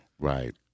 Right